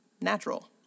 natural